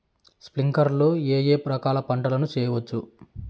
స్ప్రింక్లర్లు లో ఏ ఏ రకాల పంటల ను చేయవచ్చును?